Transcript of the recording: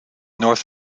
north